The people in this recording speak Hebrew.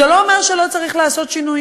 זה לא אומר שלא צריכים להיות שינויים,